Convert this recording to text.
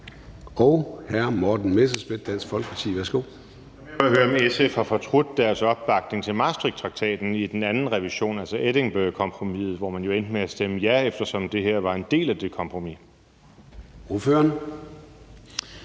Kl. 14:59 Morten Messerschmidt (DF): Jeg vil bare høre, om SF har fortrudt deres opbakning til Maastrichttraktaten i den anden revision, altså Edinburghkompromiset, hvor man jo endte med at stemme ja, eftersom det her var en del af det kompromis. Kl.